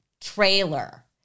Trailer